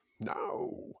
No